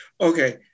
Okay